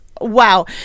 wow